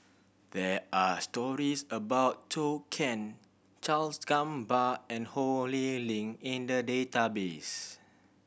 there are stories about Zhou Can Charles Gamba and Ho Lee Ling in the database